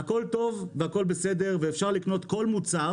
הכול טוב והכול בסדר ואפשר לקנות כל מוצר